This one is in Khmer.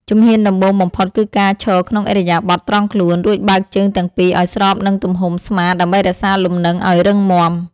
ជំហានដំបូងបំផុតគឺការឈរក្នុងឥរិយាបថត្រង់ខ្លួន រួចបើកជើងទាំងពីរឱ្យស្របនឹងទំហំស្មាដើម្បីរក្សាលំនឹងឱ្យរឹងមាំ។